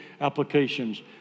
applications